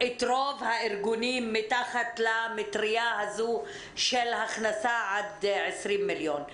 את רוב הארגונים מתחת למטריה הזו של הכנסה עד 20 מיליון.